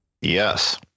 Yes